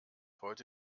heute